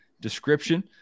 description